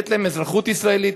לתת להם אזרחות ישראלית,